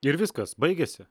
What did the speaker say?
ir viskas baigėsi